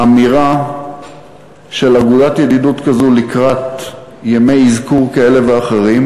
באמירה של אגודת ידידות כזאת לקראת ימי אזכור כאלה ואחרים,